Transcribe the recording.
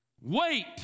wait